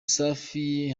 safi